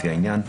לפי העניין,